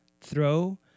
Throw